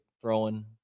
throwing